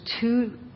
two